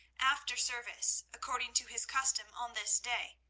after service, according to his custom on this day,